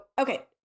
okay